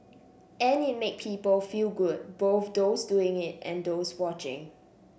and it made people feel good both those doing it and those watching